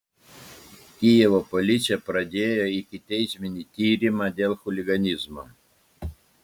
kijevo policija pradėjo ikiteisminį tyrimą dėl chuliganizmo